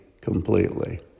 completely